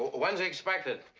when's he expected?